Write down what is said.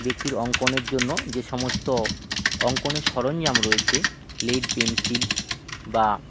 ব্যক্তির অঙ্কনের জন্য যে সমস্ত অঙ্কনের সরঞ্জাম রয়েছে লেড পেনসিল বা